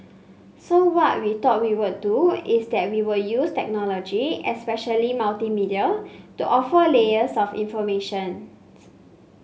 so what we thought we would do is that we will use technology especially multimedia to offer layers of informations